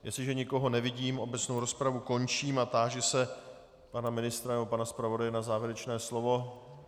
Jestliže nikoho nevidím, obecnou rozpravu končím a táži se pana ministra nebo pana zpravodaje na závěrečné slovo.